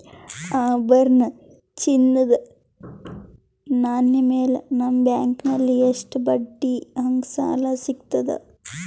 ಆಭರಣ, ಚಿನ್ನದ ನಾಣ್ಯ ಮೇಲ್ ನಿಮ್ಮ ಬ್ಯಾಂಕಲ್ಲಿ ಎಷ್ಟ ಬಡ್ಡಿ ಹಂಗ ಸಾಲ ಸಿಗತದ?